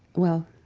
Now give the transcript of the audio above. well,